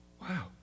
Wow